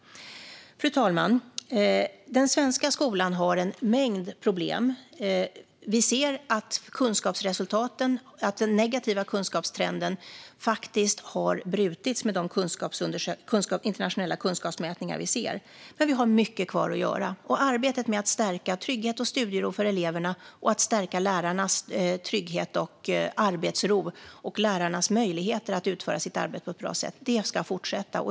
Fru talman! Den svenska skolan har en mängd problem. Vi ser i internationella kunskapsmätningar att den negativa kunskapstrenden faktiskt har brutits, men vi har mycket kvar att göra. Arbetet med att stärka tryggheten och studieron för eleverna och att stärka lärarnas trygghet och arbetsro och lärarnas möjligheter att utföra sitt arbete på ett bra sätt ska fortsätta.